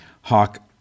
Hawk